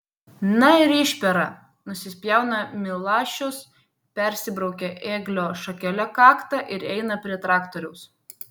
na ir išpera nusispjauna milašius persibraukia ėglio šakele kaktą ir eina prie traktoriaus